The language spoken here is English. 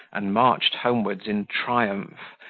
and marched homewards in triumph,